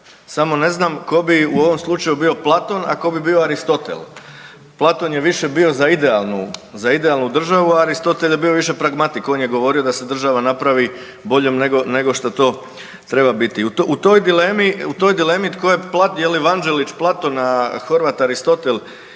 samo ne znam tko bi u ovom slučaju bio Platon, a tko bi bio Aristotel. Platon je više bio za idealnu, za idealnu državu, a Aristotel je bio više pragmatik on je govorio da se država naravi boljom nego što treba biti. U toj dilemi, tko je, je li Vanđelić Platon, a Horvat Aristotel